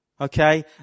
Okay